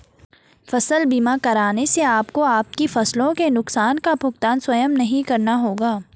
फसल बीमा कराने से आपको आपकी फसलों के नुकसान का भुगतान स्वयं नहीं करना होगा